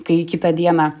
kai kitą dieną